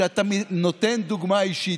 כשאתה נותן דוגמה אישית.